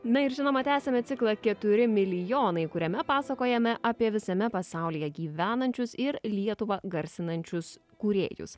na ir žinoma tęsiame ciklą keturi milijonai kuriame pasakojame apie visame pasaulyje gyvenančius ir lietuvą garsinančius kūrėjus